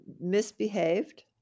misbehaved